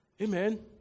Amen